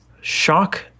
shock